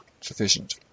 sufficient